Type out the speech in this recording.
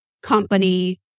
company